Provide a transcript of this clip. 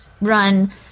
run